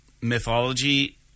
mythology